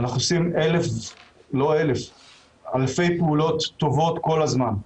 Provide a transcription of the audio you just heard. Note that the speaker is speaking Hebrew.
אנחנו עושים אלפי פעולות טובות כל הזמן.